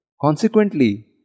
Consequently